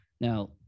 Now